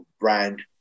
brand